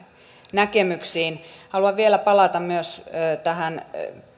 näkemyksiin haluan vielä palata myös tähän